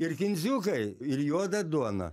ir kindziukai ir juoda duona